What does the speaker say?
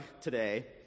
today